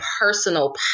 personal